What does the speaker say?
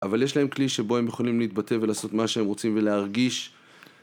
אבל יש להם כלי שבו הם יכולים להתבטא ולעשות מה שהם רוצים ולהרגיש